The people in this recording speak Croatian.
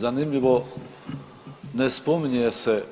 Zanimljivo, ne spominje se,